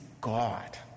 God